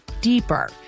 deeper